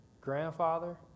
grandfather